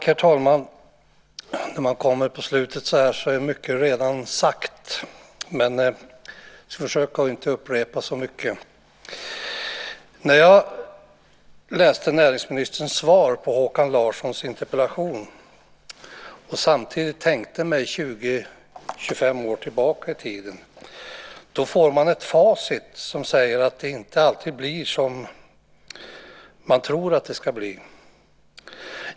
Herr talman! När man kommer på slutet så här är det mycket som redan är sagt, och jag ska försöka att inte upprepa så mycket. När jag läste näringsministerns svar på Håkan Larssons interpellation och samtidigt tänkte mig 20-25 år tillbaka i tiden fick jag ett facit som visar att det inte alltid blir som man tror att det ska bli.